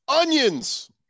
Onions